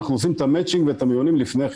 אנחנו עושים את המצ'ינג ואת המיונים לפני כן,